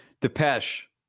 Depeche